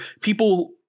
people